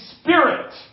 spirit